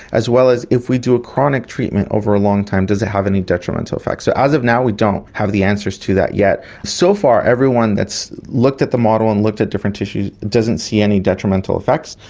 as well as if we do a chronic treatment over a long time, does it have any detrimental effects. so as of now we don't have the answers to that yet. so far everyone that has looked at the model and looked at different tissues doesn't see any detrimental effects,